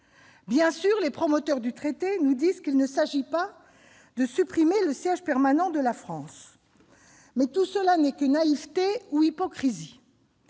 Bien sûr, les promoteurs du traité nous disent qu'il ne s'agit pas de supprimer le siège permanent de la France. Mais tout cela n'est que naïveté ou hypocrisie.